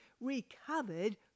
recovered